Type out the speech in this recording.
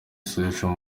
social